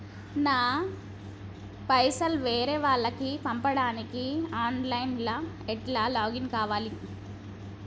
నా పైసల్ వేరే వాళ్లకి పంపడానికి ఆన్ లైన్ లా ఎట్ల లాగిన్ కావాలి?